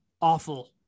awful